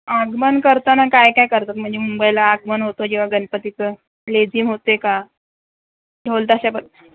आगमन करताना काय काय करतात म्हणजे मुंबईला आगमन होतं जेव्हा गणपतीचं लेझीम होते का ढोल ताशा प